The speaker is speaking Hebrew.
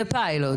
זה פיילוט.